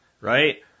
right